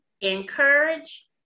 encourage